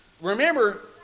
Remember